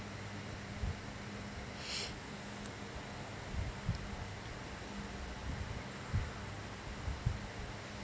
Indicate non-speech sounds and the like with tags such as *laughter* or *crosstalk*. *breath*